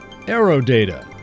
Aerodata